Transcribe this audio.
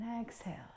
exhale